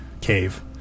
cave